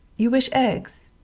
you wish eggs?